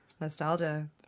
nostalgia